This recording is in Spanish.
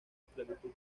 esclavitud